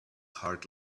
heart